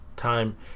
time